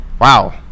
wow